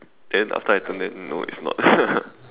then after I turn then no it's not